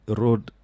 road